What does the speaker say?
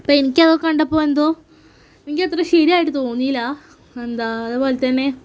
അപ്പോൾ എനിക്കതൊക്കെ കണ്ടപ്പോൾ എന്തോ എനിക്കത്ര ശരിയായിട്ട് തോന്നിയില്ല എന്താ അതുപോലെതന്നെ